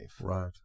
Right